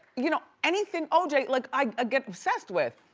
you know anything oj, like i get obsessed with.